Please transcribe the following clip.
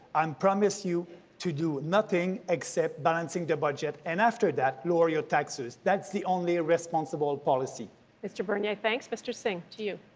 um promise you to do nothing except balancing the budget. and after that, lower your taxes. that's the only responsible policy. dawna mr. bernier, thanks. mr. singh, to you.